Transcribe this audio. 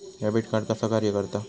Debit card कसा कार्य करता?